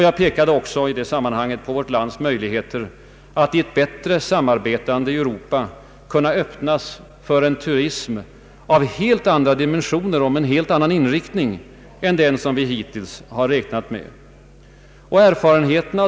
Jag pekade också i det sammanhanget på vårt lands möjligheter att i ett bättre samarbetande Europa kunna öppnas för en turism av helt andra dimensioner och med helt annan inriktning än den vi hittills räknat med.